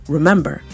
Remember